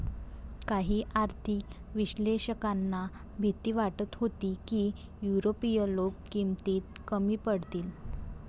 काही आर्थिक विश्लेषकांना भीती वाटत होती की युरोपीय लोक किमतीत कमी पडतील